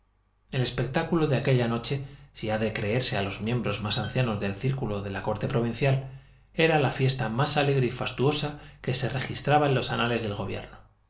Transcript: el espectáculo de aquella noche si ha de creerse a los miembros más ancianos del círculo de la corte provincial era la fiesta más alegre y fastuosa que se registraba en los anales del gobierno